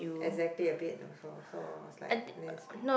exactly a bit also so I was like